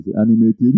animated